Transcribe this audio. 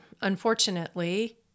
unfortunately